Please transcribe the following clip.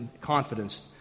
confidence